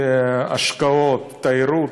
השקעות, תיירות,